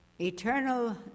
Eternal